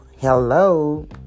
Hello